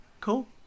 cool